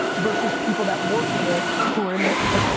versus people that work in it, who are in, the like,